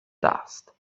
dust